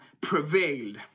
prevailed